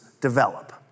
develop